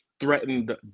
threatened